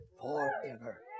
forever